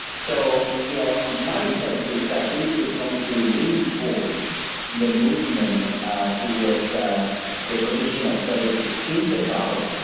so, you know, my sense is that this is going to reinforce the movement towards the provision of services in the cloud,